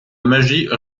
magie